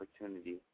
opportunity